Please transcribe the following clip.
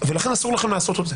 ולכן אסור לכם לעשות את זה.